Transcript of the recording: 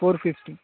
four fifty